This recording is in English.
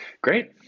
Great